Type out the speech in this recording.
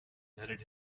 netted